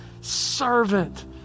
servant